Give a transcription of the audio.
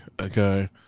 okay